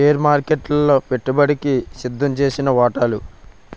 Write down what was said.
share మార్కెట్లలో పెట్టుబడికి సిద్దంచేసిన వాటాలు